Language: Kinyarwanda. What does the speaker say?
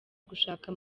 gushaka